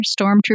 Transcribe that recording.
Stormtrooper